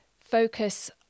focus